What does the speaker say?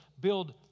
build